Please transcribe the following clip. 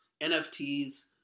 nfts